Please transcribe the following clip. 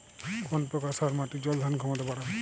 কোন প্রকার সার মাটির জল ধারণ ক্ষমতা বাড়ায়?